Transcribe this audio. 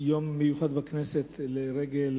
יום מיוחד בכנסת לכבוד